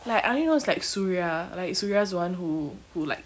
like I know only is like surya like surya's the one who who like